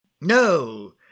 No